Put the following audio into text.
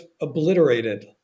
obliterated